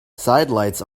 sidelights